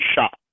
shot